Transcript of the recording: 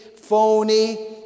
phony